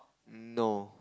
no